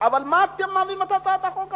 אבל מה אתם מביאים את הצעת החוק הזאת?